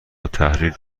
التحریر